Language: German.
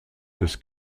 des